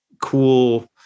cool